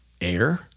air